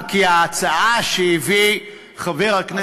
כי ההצעה שהביא חבר הכנסת מאגודת ישראל,